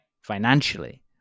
Financially